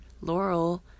Laurel